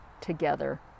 together